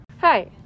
Hi